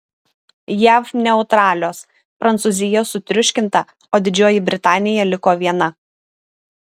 jav neutralios prancūzija sutriuškinta o didžioji britanija liko viena